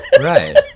Right